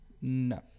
No